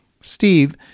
Steve